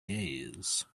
days